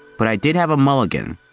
but i did have a mulligan,